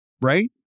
right